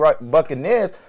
Buccaneers